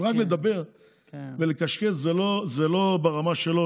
אז רק לדבר ולקשקש זה לא ברמה שלו,